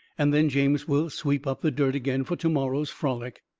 and then james will sweep up the dirt again for to-morrow's frolic.